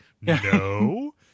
no